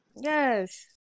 Yes